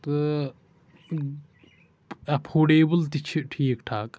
تہٕ ایٚفوڈیبٕل تہِ چھُ ٹھیٖک ٹھاکھ